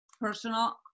personal